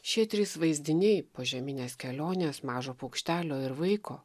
šie trys vaizdiniai požeminės kelionės mažo paukštelio ir vaiko